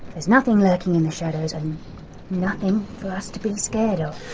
there's nothing lurking in the shadows, and nothing for us to be scared of.